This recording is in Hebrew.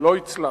לא הצלחנו.